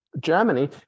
Germany